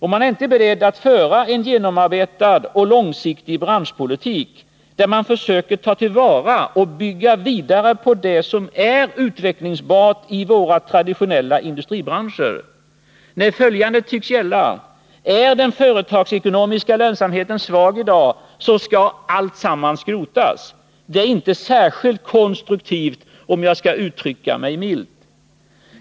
Man är inte beredd att föra en genomarbetad och långsiktig branschpolitik, där man försöker ta till vara och bygga vidare på det som är utvecklingsbart i våra traditionella industribranscher. Nej, följande tycks gälla: är den företagsekonomiska lönsamheten svag i dag, så skall alltsammans skrotas. Det är inte särskilt konstruktivt — om jag skall uttrycka mig milt.